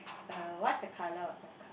uh what's the colour of your car